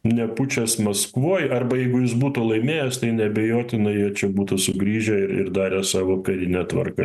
ne pučas maskvoj arba jeigu jis būtų laimėjęs tai neabejotinai jie čia būtų sugrįžę ir ir darė savo karinę tvarką